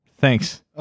thanks